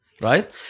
right